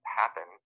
happen